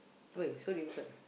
wait so do you